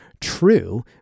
true